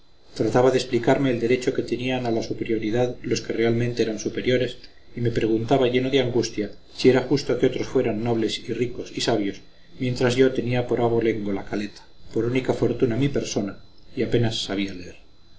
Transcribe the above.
trataba de explicarme el derecho que tenían a la superioridad los que realmente eran superiores y me preguntaba lleno de angustia si era justo que otros fueran nobles y ricos y sabios mientras yo tenía por abolengo la caleta por única fortuna mi persona y apenas sabía leer